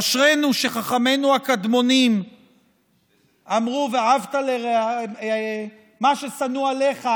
אשרינו שחכמינו הקדמונים אמרו: מה ששנוא עליך,